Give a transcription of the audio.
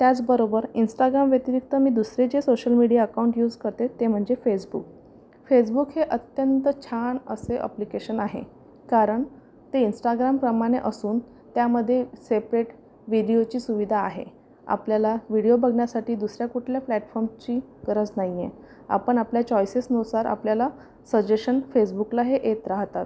त्याचबरोबर इन्स्टागाम व्यतिरिक्त मी दुसरे जे सोशल मीडिया अकाऊंट यूज करते ते म्हणजे फेसबुक फेसबुक हे अत्यंत छान असे अप्लिकेशन आहे कारण ते इन्स्टागामप्रमाणे असून त्यामध्ये सेप्रेट व्हिदिओची सुविधा आहे आपल्याला व्हिडिओ बघण्यासाठी दुसऱ्या कुठल्या प्लॅटफॉर्मची गरज नाही आहे आपण आपल्या चॉईसेसनुसार आपल्याला सजेशन फेसबुकला हे येत राहतात